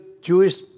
Jewish